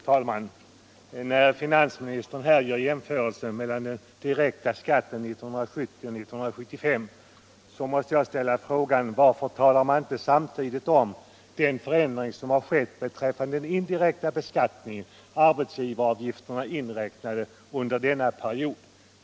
Fru talman! När finansministern här gör jämförelser beträffande den direkta skatten mellan åren 1970 och 1975 måste jag ställa frågan: Varför talar inte finansministern samtidigt om den förändring som har skett beträffande kommunala beskattningar och den indirekta beskattningen, arbetsgivaravgifterna inräknade, under denna period?